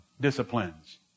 disciplines